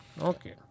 okay